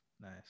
nice